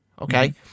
okay